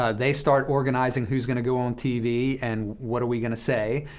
ah they start organizing who's going to go on tv and what are we going to say.